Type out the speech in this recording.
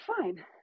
fine